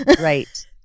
Right